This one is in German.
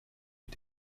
mit